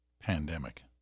pandemic